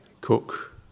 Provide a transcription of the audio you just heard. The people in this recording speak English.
cook